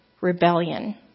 rebellion